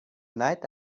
night